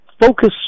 focus